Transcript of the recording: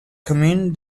commune